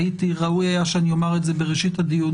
וראוי היה שאני אומר את זה בראשית הדיון,